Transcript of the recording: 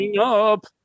up